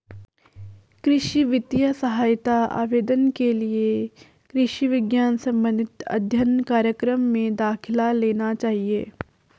कृषि वित्तीय सहायता आवेदन के लिए कृषि विज्ञान संबंधित अध्ययन कार्यक्रम में दाखिला लेना चाहिए